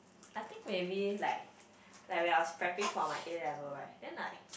I think maybe like like when I was preparing for my A-level right then like